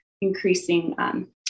increasing